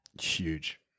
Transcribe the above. huge